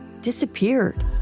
disappeared